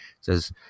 Says